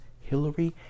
Hillary